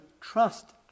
trust